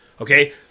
Okay